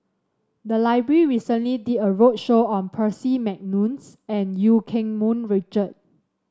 the library recently did a roadshow on Percy McNeice and Eu Keng Mun Richard